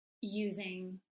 using